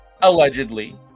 allegedly